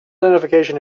identification